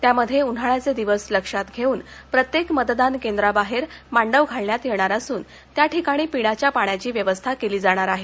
त्यामधे उन्हाळ्याचे दिवस लक्षात घेउन प्रत्येक मतदान केंद्रा बाहेर मांडव घालण्यात येणार असून त्या ठिकाणी पिण्याच्या पाण्याची व्यवस्था केली जाणार आहे